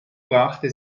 brachte